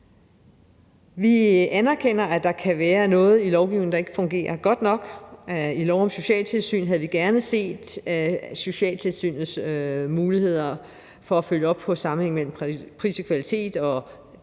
Vi anerkender, at der kan være noget i lovgivningen, der ikke fungerer godt nok. I loven om socialtilsynet havde vi gerne set, at socialtilsynets muligheder for at følge op på sammenhængen mellem pris og kvalitet og